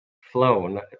flown